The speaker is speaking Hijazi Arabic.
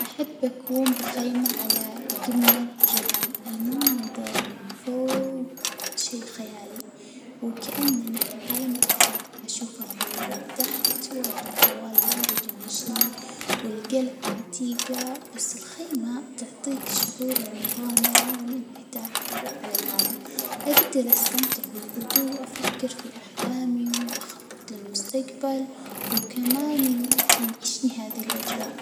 أحب أكون بخيمة على جمة جبل، المنظر من فوق شي خيالي وكأنني في عالم آخر، أشوف الغيوم من تحت، والهواء البارد ينعشني، والجلعة عتيقة، بس الخيمة تعطي شعور المغامرة والانفتاح على العالم، أجدر استمتع بالهدوء، وأفكر في أحلامي وأخطط للمستقبل، وكمان، ينعشني هذي الأجواء.